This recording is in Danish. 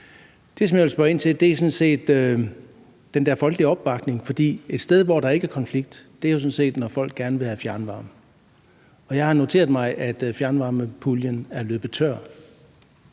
Det, jeg vil spørge ind til, er den der folkelige opbakning. Der, hvor der ikke er konflikt, er jo sådan set, når folk gerne vil have fjernvarme, og jeg har noteret mig, at fjernvarmepuljen er løbet tør.